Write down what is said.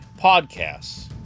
podcasts